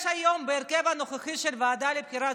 יש היום בהרכב הנוכחי של הוועדה לבחירת